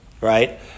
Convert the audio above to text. right